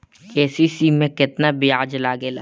KCC में केतना ब्याज लगेला?